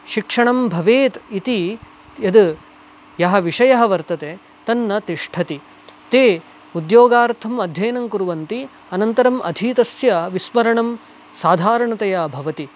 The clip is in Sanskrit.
शिक्षणं भवेत् इति यत् यः विषयः वर्तते तन्न तिष्ठति ते उद्योगार्थम् अध्ययनं कुर्वन्ति अनन्तरम् अधीतस्य विस्मरणं साधारणतया भवति